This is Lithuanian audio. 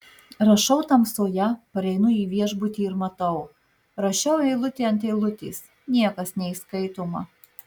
rašau tamsoje pareinu į viešbutį ir matau rašiau eilutė ant eilutės niekas neįskaitoma